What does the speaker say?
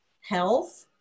health